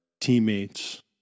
teammates